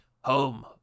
Home